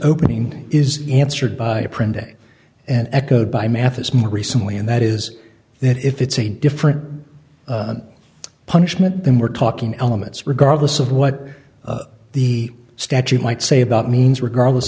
opening is answered by printing and echoed by mathis more recently and that is that if it's a different punishment then we're talking elements regardless of what the statute might say about means regardless